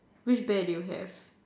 which bear do you have